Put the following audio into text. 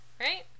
right